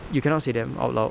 you cannot say them out loud